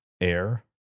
air